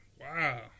Wow